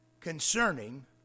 concerning